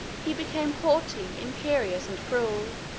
he became haughty, imperious, and cruel.